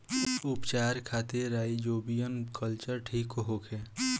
उपचार खातिर rhizobium culture ठीक होखे?